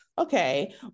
okay